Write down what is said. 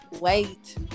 wait